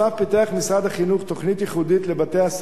פיתח משרד החינוך תוכנית ייחודית לבתי-הספר